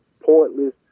Pointless